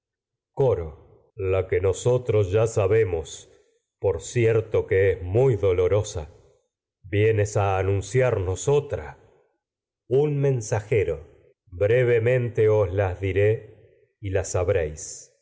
coro la que nosotros ya a sabemos por cierto que es muy dolorosa vienes anunciarnos otra os el mensajero la brevemente yocasta la diré y la sabréis